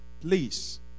Please